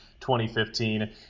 2015